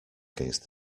against